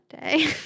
day